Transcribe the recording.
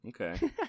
Okay